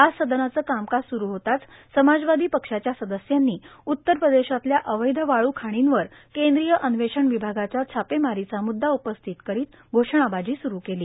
आज सदनाचं कामकाज सुरु होताच समाजवादी पक्षाच्या सदस्यांनी उत्तर प्रदेशातल्या अवैध वाळु खाणींवर केंद्रीय अन्वेषण विभागाच्या छापेमारीचा मुद्दा उपस्थित करत घोषणाबाजी सुरू केली